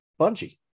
Bungie